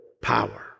power